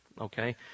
okay